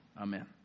Amen